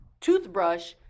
toothbrush